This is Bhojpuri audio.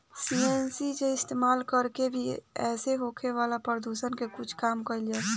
सी.एन.जी के इस्तमाल कर के भी एसे होखे वाला प्रदुषण के कुछ कम कईल जाला